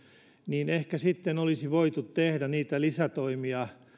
niin ehkä sitten olisi voitu tehdä niitä lisätoimia